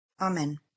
Amen